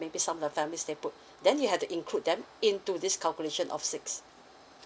maybe some of the family stay put then you have to include them into this calculation of six